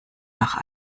nach